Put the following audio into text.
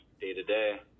day-to-day